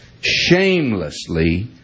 shamelessly